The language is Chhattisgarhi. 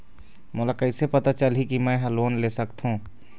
मोला कइसे पता चलही कि मैं ह लोन ले सकथों?